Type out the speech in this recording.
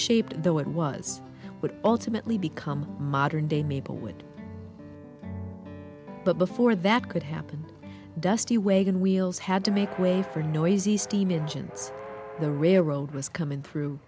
shaped though it was but ultimately become modern day maplewood but before that could happen dusty weygand wheels had to make way for noisy steam engines the railroad was coming through